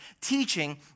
teaching